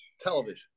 television